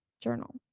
journal